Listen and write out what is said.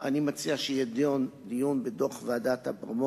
אני מציע שיהיה דיון בדוח ועדת-אברמוביץ,